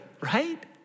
Right